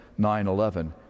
9-11